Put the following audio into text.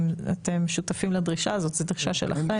האם זוהי דרישה שלכם?